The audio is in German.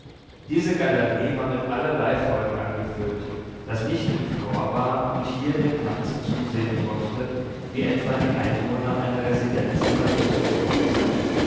diese galerie war mit allerlei volk angefüllt das nicht im flor war und hier dem tanze zusehen durfte wie etwa die einwohner einer residenz einer